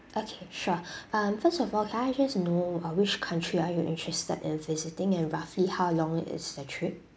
okay sure um first of all can I just know uh which country are you interested in visiting and roughly how long is the trip